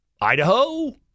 Idaho